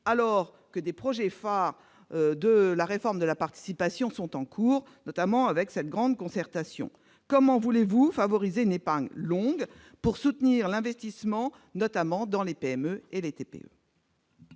alors que des projets phares de la réforme de la participation sont en cours, notamment avec la grande concertation que vous organisez ? Comment voulez-vous favoriser une épargne longue pour soutenir l'investissement, en particulier dans les PME et les TPE ?